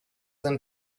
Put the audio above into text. than